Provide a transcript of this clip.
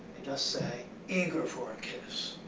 they just say, eager for a kiss.